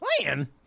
Playing